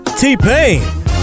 T-Pain